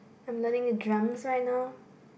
I'm learning the drums right now